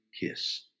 kiss